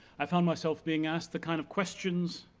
i found myself being asked the kind of questions